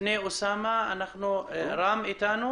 תודה רבה היושב-ראש על ההזדמנות ועל המאמצים שאתה עושה.